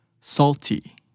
salty